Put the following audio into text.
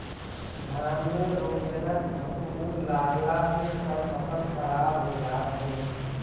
धान में रोगजनक फफूंद लागला से सब फसल खराब हो जात हवे